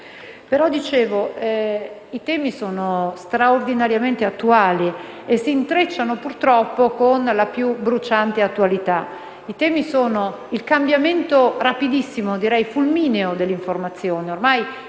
i temi sono straordinariamente attuali e si intrecciano - purtroppo - con la più bruciante attualità. Il primo tema attiene al cambiamento rapidissimo - direi fulmineo - dell'informazione. Ormai